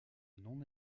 non